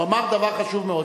הוא אמר דבר חשוב מאוד,